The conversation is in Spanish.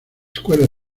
escuela